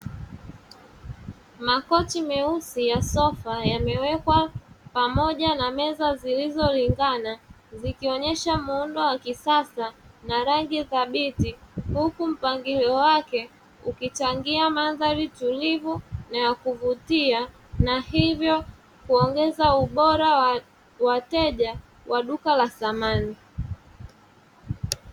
Makochi meusi ya sofa yamewekwa pamoja na meza zilizolingana zikionyesha muundo wa kisasa na rangi thabiti. Huku mpangilio wake ukichangia mandhari tulivu na ya kuvutia na hivyo kuongeza ubora wa wateja wa duka la samani.